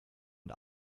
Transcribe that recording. und